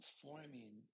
forming